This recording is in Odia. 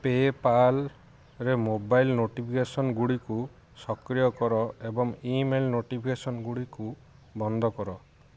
ପେପାଲ୍ରେ ମୋବାଇଲ୍ ନୋଟିଫିକେସନ୍ଗୁଡ଼ିକୁ ସକ୍ରିୟ କର ଏବଂ ଇମେଲ୍ ନୋଟିଫିକେସନ୍ଗୁଡ଼ିକୁ ବନ୍ଦ କର